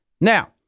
Now